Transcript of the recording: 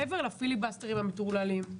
מעבר לפילבסטרים המטורללים,